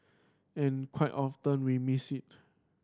and quite often we missed it